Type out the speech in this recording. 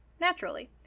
naturally